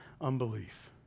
unbelief